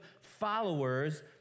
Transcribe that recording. followers